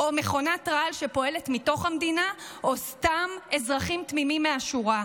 מכונת רעל שפועלת מתוך המדינה או סתם אזרחים תמימים מהשורה,